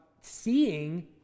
seeing